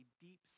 deep